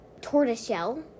tortoiseshell